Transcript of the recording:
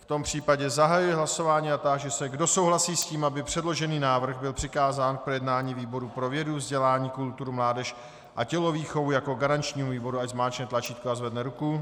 V tom případě zahajuji hlasování a táži se, kdo souhlasí s tím, aby předložený návrh byl přikázán k projednání výboru pro vědu, vzdělání, kulturu, mládež a tělovýchovu jako garančnímu výboru, ať zmáčkne tlačítko a zvedne ruku.